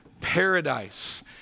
paradise